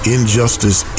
Injustice